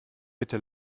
bitte